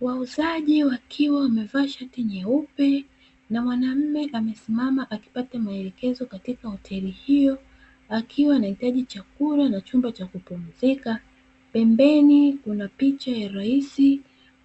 Wauzaji wakiwa wamevaa shati nyeupe na mwanaume amesimama akipata maelekezo katika hoteli hiyo, akiwa anahitaji chakula na chumba cha kupumzika. Pembeni kuna picha ya raisi;